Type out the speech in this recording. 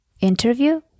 interview